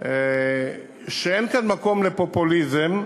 שאין כאן מקום לפופוליזם,